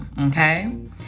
okay